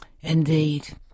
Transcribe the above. Indeed